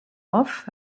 off